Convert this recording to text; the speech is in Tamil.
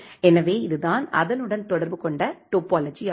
எனவே இதுதான் அதெனுடன் தொடர்பு கொண்ட டோபோலஜி ஆகும்